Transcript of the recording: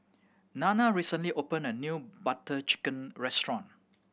Nanna recently opened a new Butter Chicken restaurant